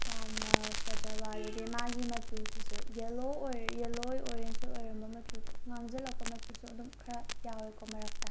ꯌꯥꯝꯅ ꯐꯖꯕ ꯍꯥꯏꯗꯤ ꯃꯥꯒꯤ ꯃꯆꯨꯁꯤꯁꯨ ꯌꯦꯜꯂꯣ ꯌꯦꯜꯂꯣ ꯑꯣꯔꯦꯟꯁ ꯑꯣꯏꯔꯝꯕ ꯃꯆꯨꯗꯣ ꯉꯥꯡꯁꯤꯜꯂꯛꯄ ꯃꯆꯨꯁꯨ ꯑꯗꯨꯝ ꯈꯔ ꯌꯥꯎꯋꯦꯀꯣ ꯃꯔꯛꯇ